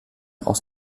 aus